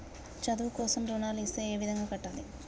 చదువు కోసం రుణాలు ఇస్తే ఏ విధంగా కట్టాలి?